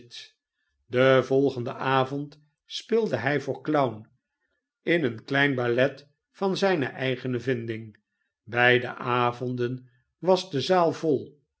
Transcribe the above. den volgenden avond speelde hij voor clown in een klein ballet van zijne eigene vinding beide avonden was de zaal vol